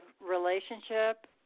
relationship